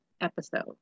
episode